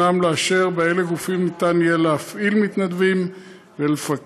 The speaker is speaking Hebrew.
הם לאשר באילו גופים ניתן יהיה להפעיל מתנדבים ולפקח